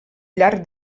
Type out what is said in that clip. llarg